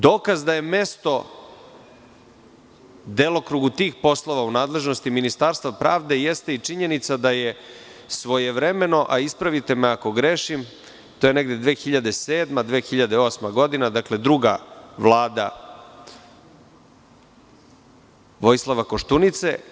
Dokaz da je mesto delokrugu tih poslova u nadležnosti Ministarstva pravde jeste i činjenica da je svojevremeno, a ispravite me ako grešim, to je negde 2007, 2008. godina, dakle, druga vlada Vojislava Koštunice.